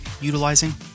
Utilizing